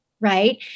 right